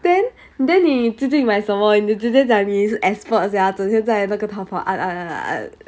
then then 你自己买什么你姐姐讲你是 expert sia 整天在那个 taobao 按按按按按